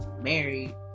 married